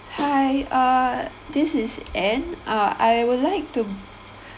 hi uh this is ann uh I would like to